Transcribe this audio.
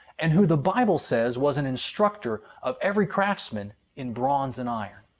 and who the bible says was an instructor of every craftsman in bronze and iron.